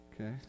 Okay